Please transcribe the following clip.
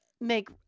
make